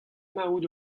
emaout